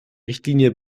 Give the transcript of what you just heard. richtlinie